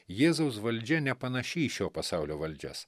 jėzaus valdžia nepanaši į šio pasaulio valdžias